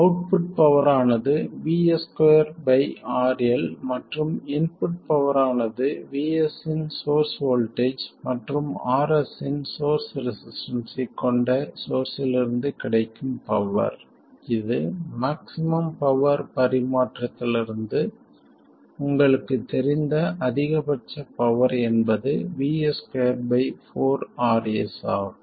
output power ஆனது 2RL மற்றும் input power ஆனது VS இன் சோர்ஸ் வோல்ட்டேஜ் மற்றும் RS இன் சோர்ஸ் ரெசிஸ்டன்ஸ்சைக் கொண்ட சோர்ஸிலிருந்து கிடைக்கும் பவர் இது மேக்சிமம் பவர் பரிமாற்றத்திலிருந்து உங்களுக்குத் தெரிந்த அதிகபட்ச பவர் என்பது 24 RS ஆகும்